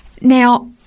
Now